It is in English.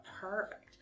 Perfect